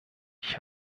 ich